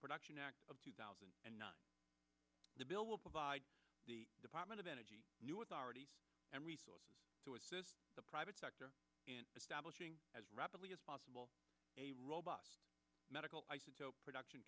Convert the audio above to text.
production act of two thousand and nine the bill will provide the department of energy new authority and resources to assist the private sector in establishing as rapidly as possible a robust medical isotopes production